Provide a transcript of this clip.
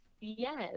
Yes